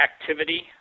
activity